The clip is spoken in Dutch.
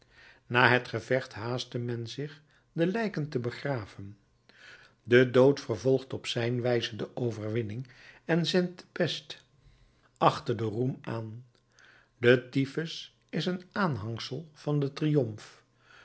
na het gevecht haastte men zich de lijken te begraven de dood vervolgt op zijn wijze de overwinning en zendt de pest achter den roem aan de typhus is een aanhangsel van den triumf